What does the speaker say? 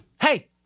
Hey